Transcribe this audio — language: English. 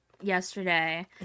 yesterday